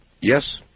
Yes